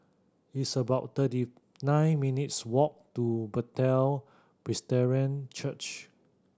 it's about thirty nine minutes' walk to Bethel Presbyterian Church